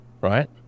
right